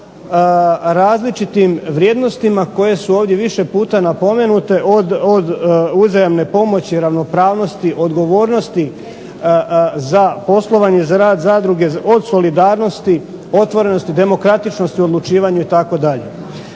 po različitim vrijednostima koje su ovdje više puta napomenute od uzajamne pomoći, ravnopravnosti, odgovornosti za poslovanje za rad zadruge od solidarnosti, otvorenosti, demokratičnosti u odlučivanju itd.